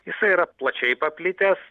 jisai yra plačiai paplitęs